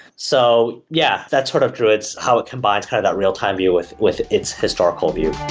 so yeah, that's sort of druid's how it combines kind of that real-time view with with its historical view